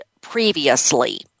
previously